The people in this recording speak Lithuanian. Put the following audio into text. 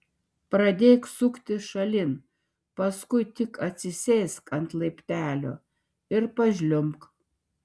pradėk suktis šalin paskui tik atsisėsk ant laiptelio ir pažliumbk